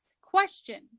question